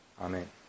Amen